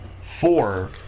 four